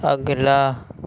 اگلا